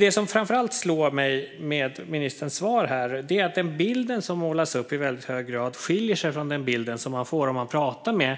Det som framför allt slår mig med ministerns svar här är att den bild som målas upp i mycket hög grad skiljer sig från den bild som man får om man talar med